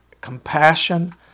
compassion